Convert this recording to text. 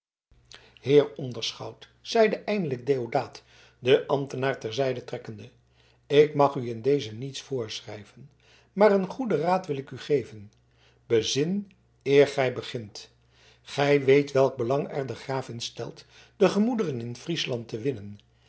heer onderschout zeide eindelijk deodaat den ambtenaar ter zijde trekkende ik mag u in dezen niets voorschrijven maar een goeden raad wil ik u geven bezin eer gij begint gij weet welk belang er de graaf in stelt de gemoederen in friesland te winnen